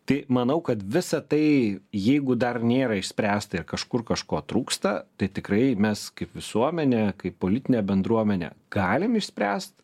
tai manau kad visa tai jeigu dar nėra išspręsta ir kažkur kažko trūksta tai tikrai mes kaip visuomenė kaip politinė bendruomenė galim išspręst